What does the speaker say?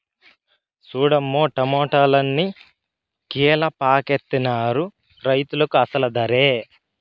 సూడమ్మో టమాటాలన్ని కీలపాకెత్తనారు రైతులు అసలు దరే